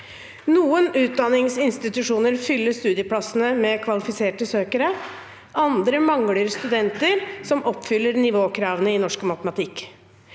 Noen utdanningsinstitusjoner fyller studieplassene med kvalifiserte søkere, og andre mangler studenter som oppfyller nivåkravene i norsk og matematikk.